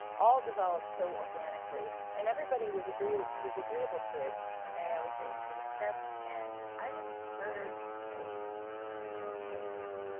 all developed so organically and everybody was agreeable was agreeable to it. one day i was reading through the script and i just heard notes and i heard voices.